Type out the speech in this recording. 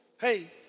hey